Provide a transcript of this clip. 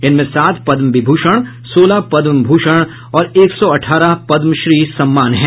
इनमें सात पद्म विभूषण सोलह पद्म भूषण और एक सौ अठारह पद्मश्री सम्मान हैं